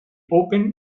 open